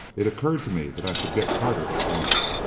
it occurred to me that i should get carter at once.